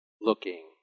looking